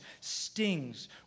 stings